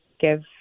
give